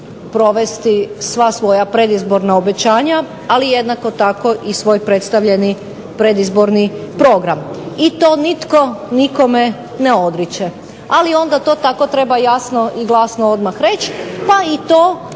provesti sva svoja predizborna obećanja ali jednako tako svoj predstavljeni predizborni program i to nitko nikome ne odriče, ali onda to tako treba jasno i glasno reći pa i to